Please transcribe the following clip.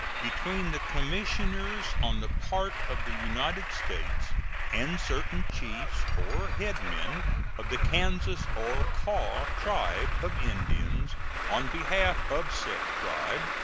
between the commissioners on the part of the united states and certain chiefs or headmen of the kansas or kaw tribe of indians on behalf of said tribe,